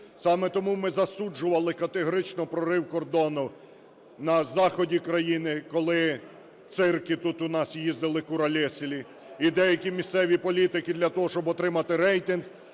Саме тому ми засуджували категорично прорив кордону на заході країни, коли цирки тут у нас їздили-куралєсили. І деякі місцеві політики для того, щоб отримати рейтинг,